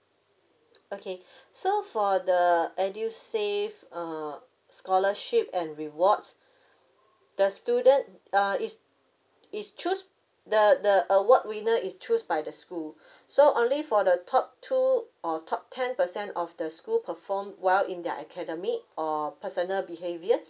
okay so for the EDUSAVE uh scholarship and rewards the student uh is is choose the the award winner is choose by the school so only for the top two or top ten percent of the school performed well in their academic or personal behaviour